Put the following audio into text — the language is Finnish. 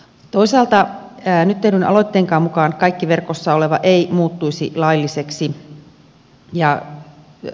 toisaalta nyt tehdyn aloitteenkaan mukaan kaikki verkossa oleva ei muuttuisi lailliseksi